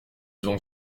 ont